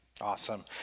Awesome